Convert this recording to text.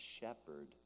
shepherd